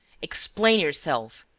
explain yourself!